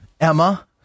Emma